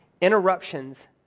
interruptions